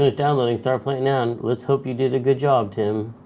ah downloading, start playing now. let's hope you did a good job, tim.